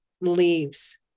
leaves